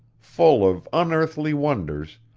full of unearthly wonders,